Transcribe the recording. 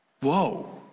whoa